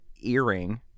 earring